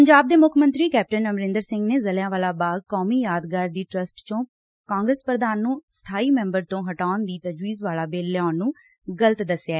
ਪੰਜਾਬ ਦੇ ਮੁੱਖ ਮੰਤਰੀ ਕੈਪਟਨ ਅਮਰਿੰਦਰ ਸਿੰਘ ਨੇ ਜਲਿਆਂਵਾਲਾ ਬਾਗ ਕੌਮੀ ਯਾਦਗਾਰ ਦੀ ਟ੍ਸਟ ਚੋ ਕਾਂਗਰਸ ਪ੍ਰਧਾਨ ਨੂੰ ਸਬਾਈ ਮੈਬਰ ਤੋ ਹਟਾਊਣ ਦੀ ਤਜਵੀਜ਼ ਵਾਲਾ ਬਿੱਲ ਲਿਆਉਣ ਨੂੰ ਗਲਤ ਦਸਿਐ